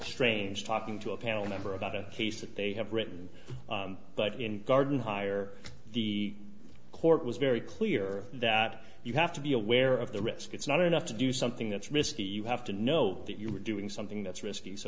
strange talking to a panel member about a case that they have written but in gardenhire the court was very clear that you have to be aware of the risk it's not enough to do something that's risky you have to know that you're doing something that's risky so